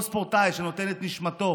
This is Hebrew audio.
כל ספורטאי שנותן את נשמתו